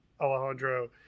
Alejandro